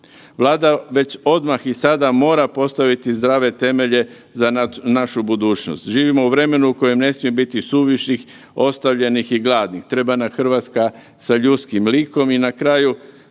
Vlada već odmah i sada mora postaviti zdrave temelje za našu budućnost. Živimo u vremenu u kojemu ne smije biti suvišnih, ostavljenih i gladnih. Treba nam Hrvatska sa ljudskim likom i na kraju